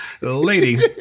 lady